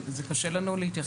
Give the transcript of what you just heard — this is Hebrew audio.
זה קשה לנו להתייחס.